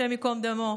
השם ייקום דמו,